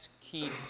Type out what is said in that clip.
keep